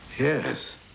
Yes